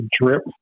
drip